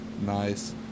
Nice